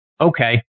Okay